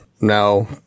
no